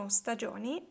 stagioni